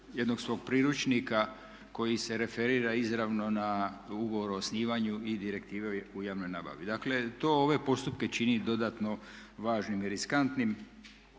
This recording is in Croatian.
jednog svog priručnika koji se referira izravno na ugovor o osnivanju i direktive u javnoj nabavi. Dakle, to ove postupke čini dodatno važnim i riskantnim.